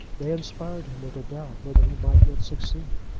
they inspired him with a doubt whether he might yet succeed,